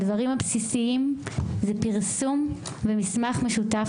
הדברים הבסיסיים זה פרסום ומסמך משותף